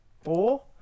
four